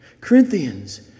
Corinthians